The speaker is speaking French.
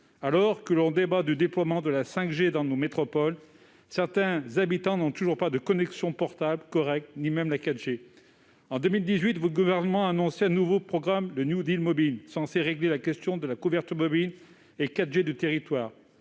Alors que l'on débat du déploiement de la 5G dans nos métropoles, certains habitants n'ont toujours pas de connexion portable correcte ni même la 4G. En 2018, votre gouvernement a annoncé un nouveau programme, le « New Deal mobile », censé régler la question de la couverture mobile et de la 4G. Force